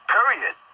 Period